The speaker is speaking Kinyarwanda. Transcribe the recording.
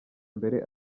mbere